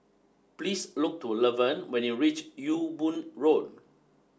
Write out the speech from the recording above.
please look to Levern when you reach Ewe Boon Road